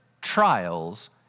trials